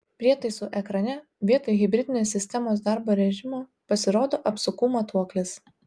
prietaisų ekrane vietoj hibridinės sistemos darbo režimo pasirodo apsukų matuoklis